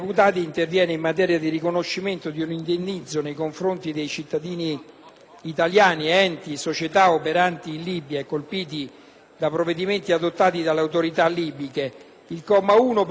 italiani, enti e società operanti in Libia e colpiti da provvedimenti adottati dalle autorità libiche. Al comma 1 si prevede la concessione di un ulteriore indennizzo, relativo agli anni 2009-2011,